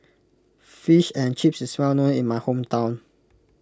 Fish and Chips is well known in my hometown